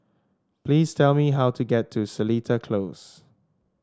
please tell me how to get to Seletar Close